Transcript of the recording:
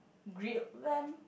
grilled lamb